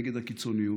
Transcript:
נגד הקיצוניות,